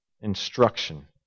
instruction